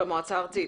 במועצה הארצית?